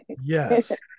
Yes